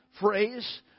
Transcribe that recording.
phrase